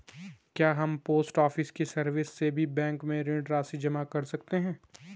क्या हम post office की सर्विस से भी बैंक में ऋण राशि जमा कर सकते हैं?